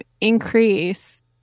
increase